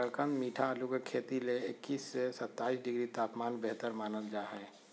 शकरकंद मीठा आलू के खेती ले इक्कीस से सत्ताईस डिग्री तापमान बेहतर मानल जा हय